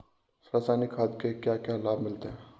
रसायनिक खाद के क्या क्या लाभ मिलते हैं?